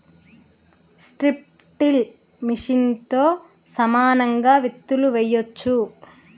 strip till మెషిన్తో సమానంగా విత్తులు వేయొచ్చు